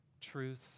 Truth